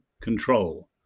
control